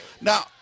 now